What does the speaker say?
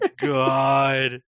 god